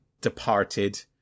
departed